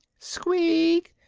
squeak,